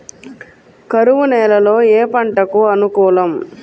కరువు నేలలో ఏ పంటకు అనుకూలం?